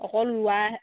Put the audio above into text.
অকল ৰোৱাহে